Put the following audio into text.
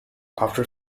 after